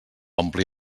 ompli